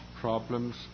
problems